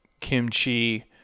kimchi